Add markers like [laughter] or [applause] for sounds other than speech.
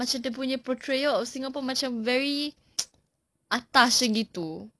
macam dia punya portrayal of singapore macam very [noise] atas gitu